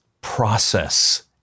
process